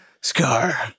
Scar